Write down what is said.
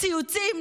ציוצים,